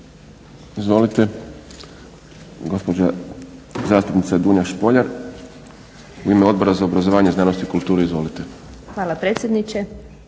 Izvolite gospođa zastupnica Dunja Špoljar u ime Odbora za obrazovanje, znanost i kulturu. Izvolite. **Špoljar,